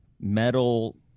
metal